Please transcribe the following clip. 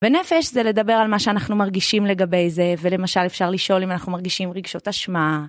בנפש זה לדבר על מה שאנחנו מרגישים לגבי זה, ולמשל אפשר לשאול אם אנחנו מרגישים רגשות אשמה.